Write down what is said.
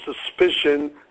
suspicion